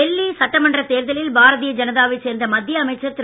டெல்லி சட்டமன்றத் தேர்தலில் பாரதிய ஜனதா வைச் சேர்ந்த மத்திய அமைச்சர் திரு